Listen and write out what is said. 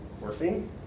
morphine